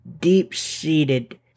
deep-seated